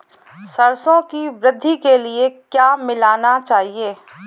सरसों की वृद्धि के लिए क्या मिलाना चाहिए?